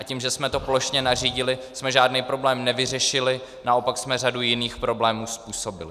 Tím, že jsme to plošně nařídili, jsme žádný problém nevyřešili, naopak jsme řadu jiných problémů způsobili.